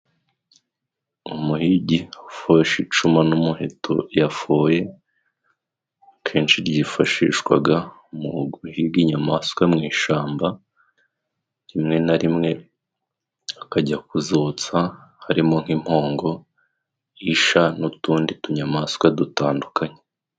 Umuhigi ufashe icumu n'umuheto yafoye, kenshi ryifashishwaga mu guhiga inyamaswa mu ishyamba. Rimwe na rimwe akajya kuzotsa harimo nk'impongo isha n'utundi tunyamaswa dutandukanye.